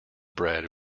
bread